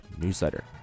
newsletter